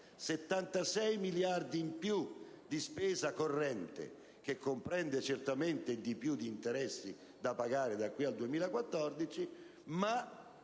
76 miliardi in più di spesa corrente (cifra che comprende certamente i maggiori interessi da pagare da qui al 2014),